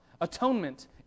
Atonement